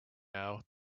now